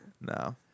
No